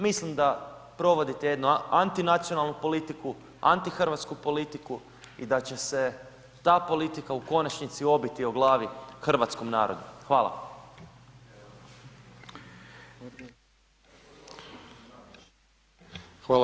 Mislim da provodite jednu antinacionalnu politiku, antihrvatsku politiku i da će se ta politika u konačnici obiti o glavi hrvatskom narodu, hvala.